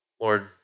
Lord